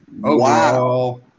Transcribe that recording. Wow